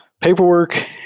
paperwork